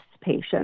patient